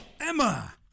Emma